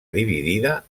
dividida